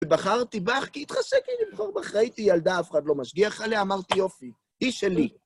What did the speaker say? ובחרתי בך כי התחשק לי לבחור בך. ראיתי ילדה, אף אחד לא משגיח עליה אמרתי יופי, היא שלי.